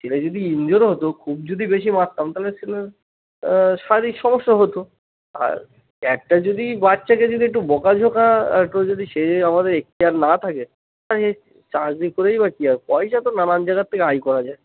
ছেলে যদি ইনজিওরও হতো খুব যদি বেশি মারতাম তাহলে ছেলের শারীরিক সমস্যা হতো আর একটা যদি বাচ্চাকে যদি একটু বকাঝকা একটু যদি সে আমাদের এক্তিয়ার না থাকে তা এই চাকরি করেই বা কী হবে পয়সা তো নানান জায়গার থেকে আয় করা যায়